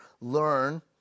learn